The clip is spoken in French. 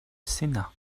sénat